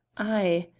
ay!